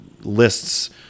lists